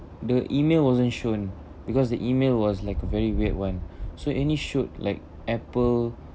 the email wasn't shown because the email was like very weird one so only showed like apple